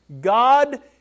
God